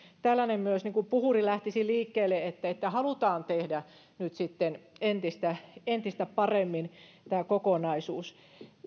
tällainen niin kuin puhuri lähtisi liikkeelle että halutaan tehdä nyt sitten entistä entistä paremmin tämä kokonaisuus